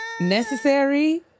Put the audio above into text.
necessary